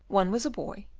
one was a boy,